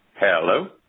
Hello